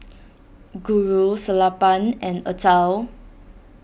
Guru Sellapan and Atal